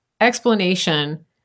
explanation